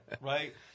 right